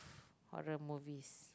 horror movies